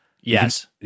Yes